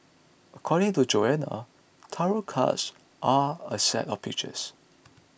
according to Joanna tarot cards are a set of pictures